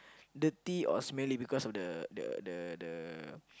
dirty or smelly because of the the the the